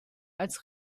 als